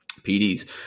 pds